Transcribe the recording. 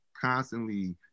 constantly